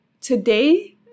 today